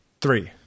three